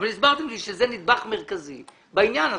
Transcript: אבל הסברתם לי שזה נסבך מרכזי בעניין.